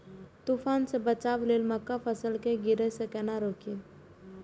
तुफान से बचाव लेल मक्का फसल के गिरे से केना रोकी?